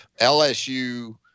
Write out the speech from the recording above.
LSU